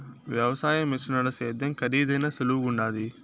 వ్యవసాయ మిషనుల సేద్యం కరీదైనా సులువుగుండాది